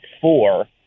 four